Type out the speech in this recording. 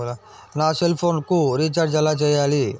నా సెల్ఫోన్కు రీచార్జ్ ఎలా చేయాలి?